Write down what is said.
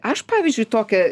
aš pavyzdžiui tokia